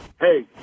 Hey